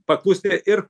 paklusti ir